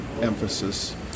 emphasis